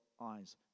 eyes